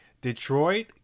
Detroit